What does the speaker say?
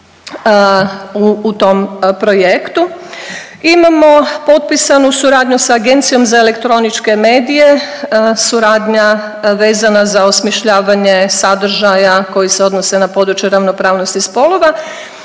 u tom projektu. Imamo potpisanu suradnju s Agencijom za elektroničke medije, suradnja vezana za osmišljavanje sadržaja koji se odnose na područje ravnopravnosti spolova